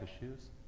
issues